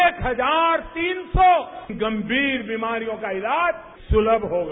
एक हजार तीन सौ गंभीर बीमारियों का इलाज सुलभ होगा